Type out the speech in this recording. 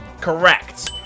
correct